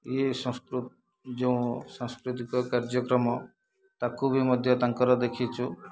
ଇଏ ଯେଉଁ ସାଂସ୍କୃତିକ କାର୍ଯ୍ୟକ୍ରମ ତାକୁ ବି ମଧ୍ୟ ତାଙ୍କର ଦେଖିଛୁ